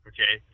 Okay